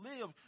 live